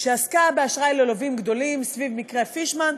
שעסקה באשראי ללווים גדולים סביב מקרה פישמן,